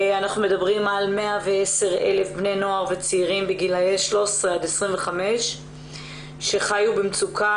אנחנו מדברים על 110,000 בני נוער וצעירים בגילאי 13 עד 25 שחיו במצוקה,